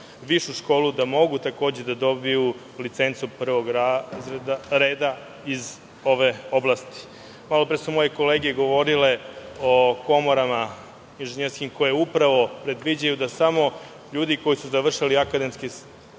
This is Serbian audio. višu školu, da takođe mogu da dobiju licencu prvog reda iz ove oblasti. Malo pre su moje kolege govorile o inženjerskim komorama koje predviđaju da samo ljudi koji su završili akademske